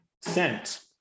scent